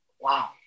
Wow